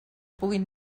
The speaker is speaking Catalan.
puguin